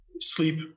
sleep